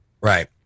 Right